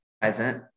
present